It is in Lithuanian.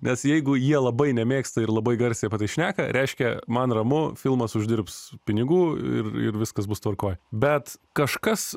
nes jeigu jie labai nemėgsta ir labai garsiai apie tai šneka reiškia man ramu filmas uždirbs pinigų ir ir ir viskas bus tvarkoj bet kažkas